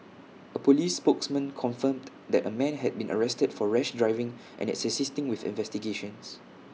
A Police spokesman confirmed that A man has been arrested for rash driving and is assisting with investigations